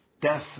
death